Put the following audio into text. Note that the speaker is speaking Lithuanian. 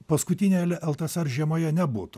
paskutinėje ltrs žemoje nebūtų